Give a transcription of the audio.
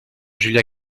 julia